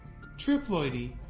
Triploidy